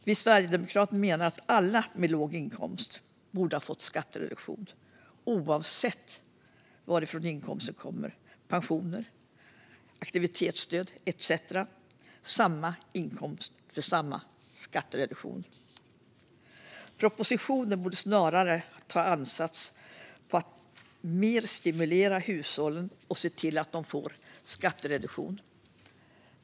Vi sverigedemokrater menar att alla med låg inkomst borde ha fått skattereduktion, oavsett vilken inkomst det är fråga om - pension, aktivitetsstöd etcetera. Samma inkomst borde ge samma skattereduktion. Propositionen borde snarare ha gjort en ansats att stimulera hushållen mer och se till att de får skattereduktion.